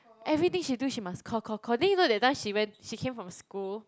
everything she do she must call call call then you know that time she went she came from school